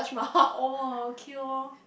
!wah! okay loh